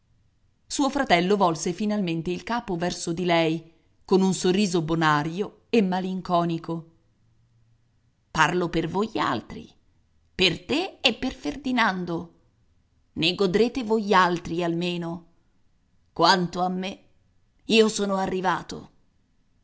suo fratello volse finalmente il capo verso di lei con un sorriso bonario e malinconico parlo per voialtri per te e per ferdinando ne godrete voialtri almeno quanto a me io sono arrivato